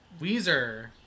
weezer